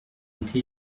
été